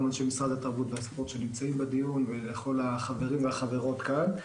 גם לאנשי משרד התרבות והספורט שנמצאים בדיון ולכל החברים והחברות כאן.